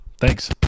Thanks